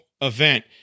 event